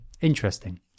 interesting